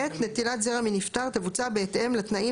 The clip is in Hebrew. (ט) נטילת זרע מנפטר תבוצע בהתאם לתנאים